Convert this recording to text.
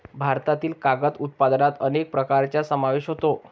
भारतातील कागद उत्पादनात अनेक प्रकारांचा समावेश होतो